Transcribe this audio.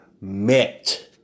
met